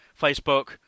facebook